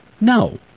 No